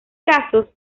casos